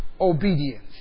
obedience